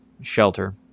shelter